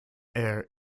air